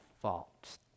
fault